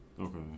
Okay